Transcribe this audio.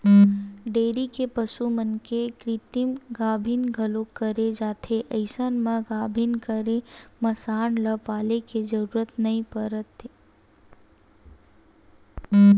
dairy के पसु मन के कृतिम गाभिन घलोक करे जाथे अइसन म गाभिन करे म सांड ल पाले के जरूरत नइ परय